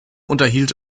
unterhielt